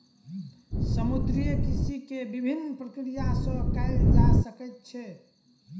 समुद्रीय कृषि के विभिन्न प्रक्रिया सॅ कयल जा सकैत छै